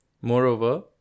Moreover